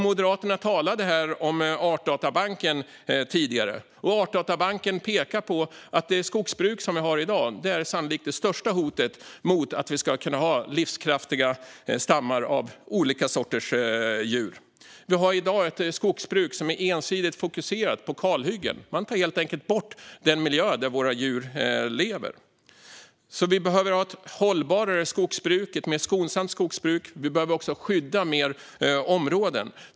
Moderaterna talade här om Artdatabanken tidigare, och Artdatabanken pekar på att det skogsbruk som vi har i dag sannolikt är det största hotet mot att vi ska kunna ha livskraftiga stammar av olika sorters djur. Vi har i dag ett skogsbruk som är ensidigt fokuserat på kalhyggen. Man tar helt enkelt bort den miljö där våra djur lever. Vi behöver ha ett hållbarare och mer skonsamt skogsbruk. Vi behöver också skydda fler områden.